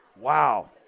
Wow